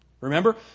Remember